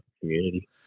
community